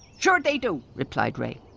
sure they do! replied ray,